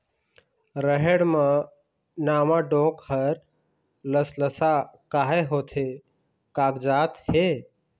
रहेड़ म नावा डोंक हर लसलसा काहे होथे कागजात हे?